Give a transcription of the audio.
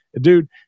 Dude